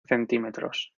centímetros